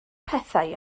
pethau